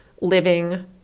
living